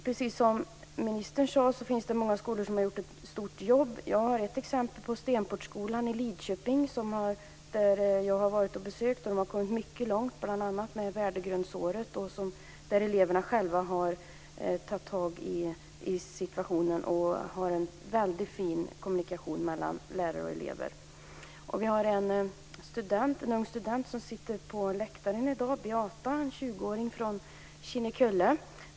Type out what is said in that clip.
Precis som ministern sade finns det många skolor som har gjort ett stort arbete. Jag har ett exempel, nämligen Stenportskolan i Lidköping. Jag har besökt skolan, och där har man kommit mycket långt med bl.a. värdegrundsåret. Eleverna har själva tagit itu med situationen, och det finns en fin kommunikation mellan lärare och elever. Det finns en ung student som sitter på läktaren i dag, Beata, en 20-åring från Kinnekulle.